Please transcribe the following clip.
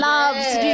Loves